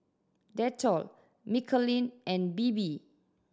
Dettol Michelin and Bebe